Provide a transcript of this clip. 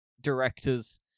directors